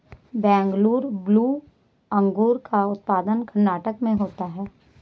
Bengaluru blue अंगूर का उत्पादन कर्नाटक में होता है